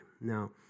Now